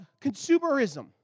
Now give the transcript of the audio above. consumerism